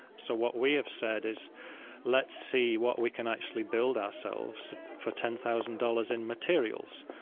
so what we have said is let's see what we can actually build ourselves for ten thousand dollars in materials,